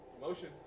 motion